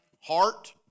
Heart